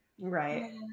Right